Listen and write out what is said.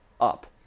up